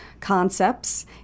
concepts